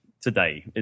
today